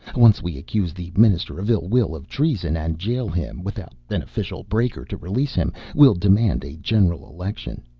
once we accuse the minister of ill-will of treason and jail him, without an official breaker to release him, we'll demand a general election.